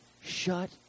Shut